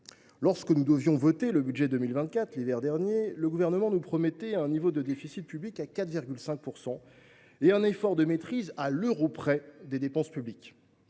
Lorsque nous devions voter le budget pour 2024, l’hiver dernier, le Gouvernement nous promettait un niveau de déficit public à 4,5 % du PIB et un effort de maîtrise « à l’euro près » des dépenses publiques.